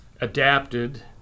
adapted